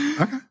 Okay